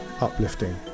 uplifting